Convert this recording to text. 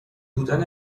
بودن